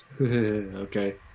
okay